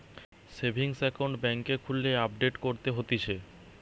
savings account বেংকে খুললে update করতে হতিছে